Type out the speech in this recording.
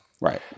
right